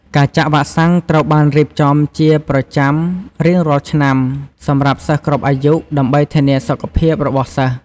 ការចាក់វ៉ាក់សាំងត្រូវបានរៀបចំជាប្រចាំរៀងរាល់ឆ្នាំ សម្រាប់សិស្សគ្រប់អាយុ ដើម្បីធានាសុខភាពរបស់សិស្ស។